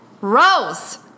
Rose